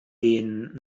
den